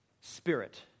spirit